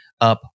up